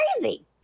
crazy